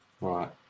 Right